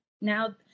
Now